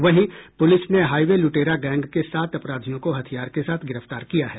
वहीं पुलिस ने हाइवे लुटेरा गैंग के सात अपराधियों को हथियार के साथ गिरफ्तार किया है